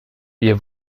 ihr